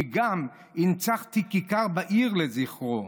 כי גם הנצחתי אותו בכיכר בעיר לזכרו,